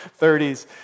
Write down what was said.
30s